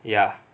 ya